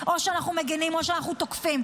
או שאנחנו מגנים או שאנחנו תוקפים.